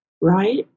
Right